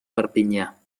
perpinyà